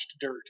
dirt